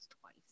twice